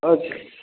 अच्छा